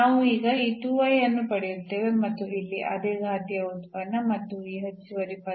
ನಾವು ಈಗ ಈ 2y ಅನ್ನು ಪಡೆಯುತ್ತೇವೆ ಮತ್ತು ಇಲ್ಲಿ ಅದೇ ಘಾತೀಯ ಉತ್ಪನ್ನ ಮತ್ತು ಆ ಹೆಚ್ಚುವರಿ ಪದ